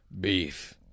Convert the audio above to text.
Beef